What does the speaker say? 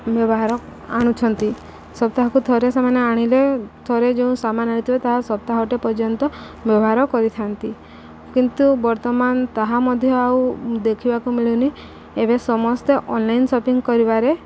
ବ୍ୟବହାର ଆଣୁଛନ୍ତି ସପ୍ତାହକୁ ଥରେ ସେମାନେ ଆଣିଲେ ଥରେ ଯେଉଁ ସାମାନ ଆଣିଥିବେ ତାହା ସପ୍ତାହଟେ ପର୍ଯ୍ୟନ୍ତ ବ୍ୟବହାର କରିଥାନ୍ତି କିନ୍ତୁ ବର୍ତ୍ତମାନ ତାହା ମଧ୍ୟ ଆଉ ଦେଖିବାକୁ ମିଳୁନି ଏବେ ସମସ୍ତେ ଅନ୍ଲାଇନ୍ ସପିଙ୍ଗ କରିବାରେ